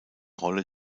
rolle